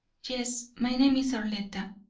yes, my name is arletta,